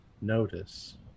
notice